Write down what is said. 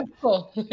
cool